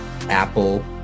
Apple